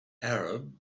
arab